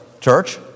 church